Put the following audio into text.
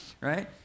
right